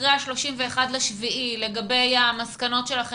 אחרי ה-31 ביולי לגבי המסקנות שלכם